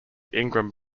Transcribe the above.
ingram